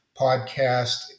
podcast